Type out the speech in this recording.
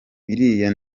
iriya